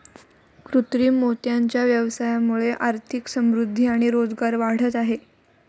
कृत्रिम मोत्यांच्या व्यवसायामुळे आर्थिक समृद्धि आणि रोजगार वाढत आहे